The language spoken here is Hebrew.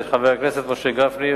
ושל חבר הכנסת משה גפני,